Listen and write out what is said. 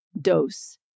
dose